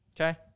Okay